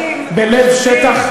בלב שטח,